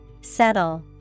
Settle